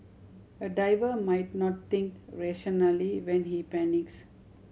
a diver might not think rationally when he panics